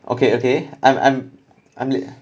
okay okay I'm I'm I'm late